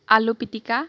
আলু পিটিকা